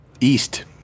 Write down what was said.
East